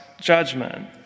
judgment